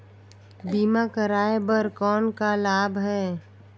बीमा कराय कर कौन का लाभ है?